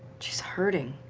she is hurting.